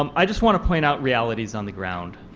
um i just want to point out realities on the ground.